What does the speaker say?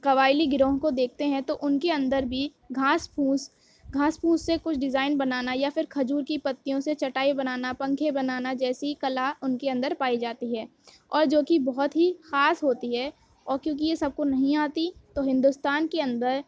قبائلی گروہوں کو دیکھتے ہیں تو ان کے اندر بھی گھاس پھوس گھاس پھوس سے کچھ ڈیزائین بنانا یا پھر کھجور کی پتیوں سے چٹائی بنانا پنکھے بنانا جیسی کلا ان کے اندر پائی جاتی ہے اور جو کہ بہت ہی خاص ہوتی ہے اور کیوں کہ یہ سب کو نہیں آتی تو ہندوستان کے اندر